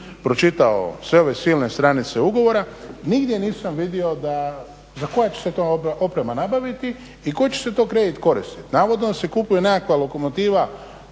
sve ove silne stranice ugovora i nigdje nisam vidio koja će se to oprema nabaviti i koji će se to kredit koristiti. Navodno da se kupuje nekakva lokomotiva